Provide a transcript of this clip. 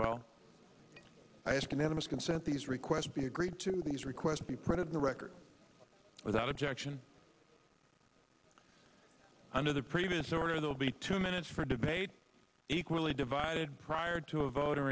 well i ask unanimous consent these requests be agreed to these requests be printed in the record without objection under the previous order they will be two minutes for debate equally divided prior to a vote in